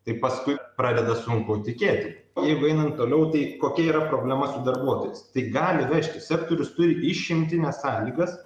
tai paskui pradeda sunku tikėti jeigu einant toliau tai kokia yra problema su darbuotojas tai gali vežti sektorius turi išimtines sąlygas